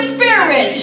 Spirit